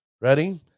Ready